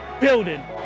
building